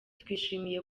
twishimiye